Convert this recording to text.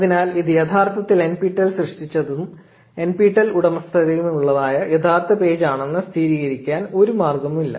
അതിനാൽ ഇത് യഥാർത്ഥത്തിൽ NPTEL സൃഷ്ടിച്ചതും NPTEL ഉടമസ്ഥതയിലുള്ളതുമായ യഥാർത്ഥ പേജ് ആണെന്ന് സ്ഥിരീകരിക്കാൻ ഒരു മാർഗവുമില്ല